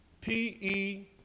P-E